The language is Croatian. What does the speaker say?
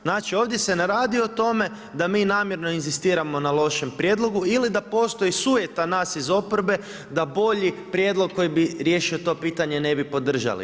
Znači, ovdje se ne radi o tome da mi namjerno inzistiramo na lošem prijedlogu, ili da postoji sujeta nas iz oporbe da bolji prijedlog koji bi riješio to pitanje ne bi podržali.